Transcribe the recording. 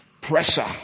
pressure